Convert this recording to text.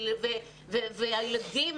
והילדים,